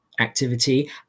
activity